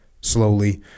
slowly